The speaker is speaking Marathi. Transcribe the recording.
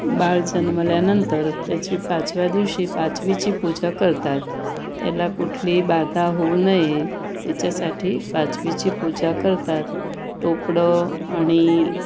बाळ जन्मल्यानंतर त्याची पाचव्या दिवशी पाचवीची पूजा करतात त्याला कुठली बाधा होऊ नये त्याच्यासाठी पाचवीची पूजा करतात टोपडं आणि